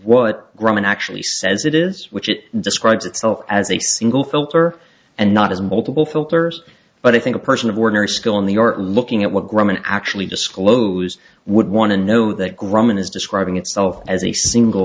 what grumman actually says it is which it describes itself as a single filter and not as multiple filters but i think a person of ordinary skill in the art looking at what grumman actually disclosed would want to know that grumman is describing itself as a single